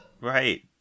Right